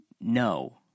No